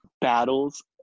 battles